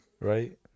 Right